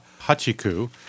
Hachiku